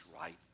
right